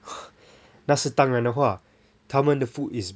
那是当然的话他们 the food is